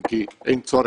אם כי אין צורך,